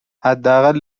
حداقل